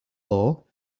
law